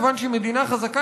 כיוון שהיא מדינה חזקה,